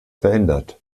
verändert